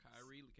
Kyrie